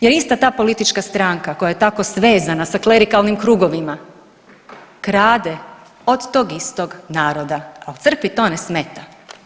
Jer ista ta politička stranka koja je tako svezana sa klerikalnim krugovima krade od tog istog naroda, al crkvi to ne smeta.